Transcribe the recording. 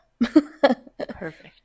perfect